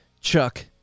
Chuck